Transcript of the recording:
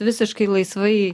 visiškai laisvai